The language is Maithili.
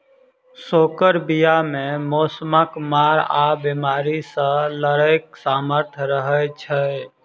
सँकर बीया मे मौसमक मार आ बेमारी सँ लड़ैक सामर्थ रहै छै